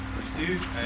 received